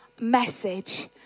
message